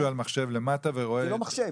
מישהו על מחשב למטה ורואה --- זה לא מחשב,